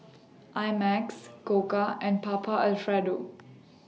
I Max Koka and Papa Alfredo